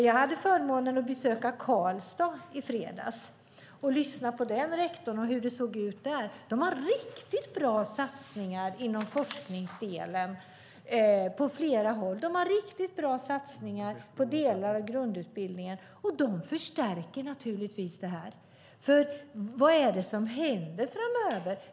Jag hade förmånen att besöka Karlstad i fredags och lyssna på rektorn och höra hur det såg ut där. De har riktigt bra satsningar inom forskningsdelen på flera håll. De har riktigt bra satsningar på delar av grundutbildningen, och de förstärker naturligtvis det här. För vad är det som händer framöver?